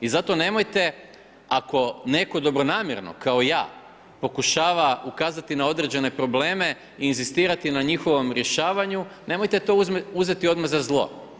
I zato nemojte, ako netko dobronamjerno, kao ja, pokušava ukazati na određene probleme i inzistirati na njihovom rješavanju, nemojte to uzeti odmah za zlo.